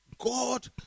God